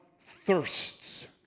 thirsts